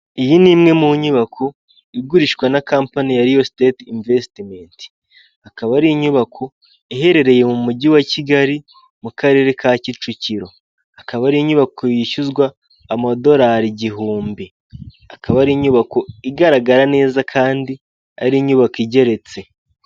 Iyi ni imwe mu nyubako igurishwa na company ya Real state investment, akaba ari inyubako iherereye mu mujyi wa Kigali mu karere ka Kicukiro, akaba ari inyubako yishyuzwa amadolari igihumbi, akaba ari inyubako igaragara neza kandi ari inyubako igeretse.